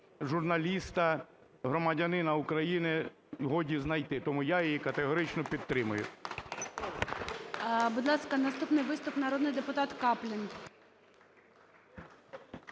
журналіста, громадянина України годі знайти. Тому я її категорично підтримую.